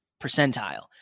percentile